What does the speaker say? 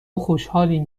خوشحالیم